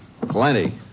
Plenty